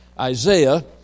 Isaiah